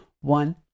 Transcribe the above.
One